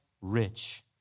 rich